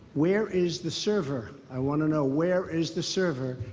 where is the server? i want to know, where is the server,